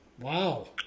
Wow